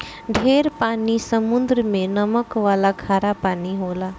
ढेर पानी समुद्र मे नमक वाला खारा पानी होला